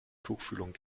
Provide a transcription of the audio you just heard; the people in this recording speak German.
tuchfühlung